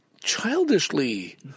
childishly